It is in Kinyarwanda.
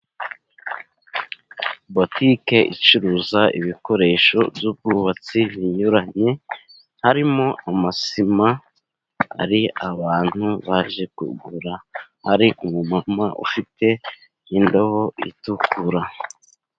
Botike icuruza ibikoresho by'ubwubatsi binyuranye, harimo amasima, hari abantu baje kugura, hari umumama ufite indobo itukura.